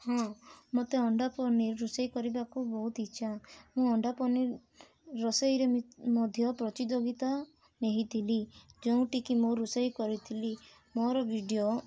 ହଁ ମତେ ଅଣ୍ଡା ପନିର ରୋଷେଇ କରିବାକୁ ବହୁତ ଇଚ୍ଛା ମୁଁ ଅଣ୍ଡା ପନିର ରୋଷେଇରେ ମଧ୍ୟ ପ୍ରତିଯୋଗିତା ନେଇଥିଲି ଯେଉଁଠି କି ମୁଁ ରୋଷେଇ କରିଥିଲି ମୋର ଭିଡ଼ିଓ